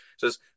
says